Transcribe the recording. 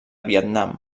vietnam